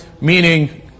Meaning